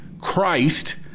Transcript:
Christ